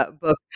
book